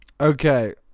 Okay